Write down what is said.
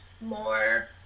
more